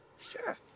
Sure